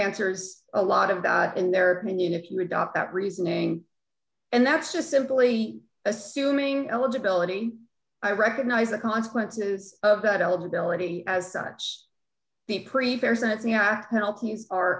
answers a lot of in their opinion if you adopt that reasoning and that's just simply assuming eligibility i recognize the consequences of battle ability as such